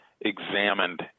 examined